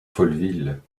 folleville